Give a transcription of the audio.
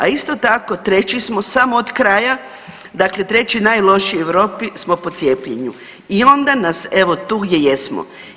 A isto tako 3 smo samo od kraja dakle 3 najlošiji u Europi smo po cijepljenju i onda nas evo tu gdje jesmo.